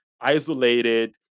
isolated